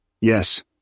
Yes